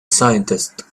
scientist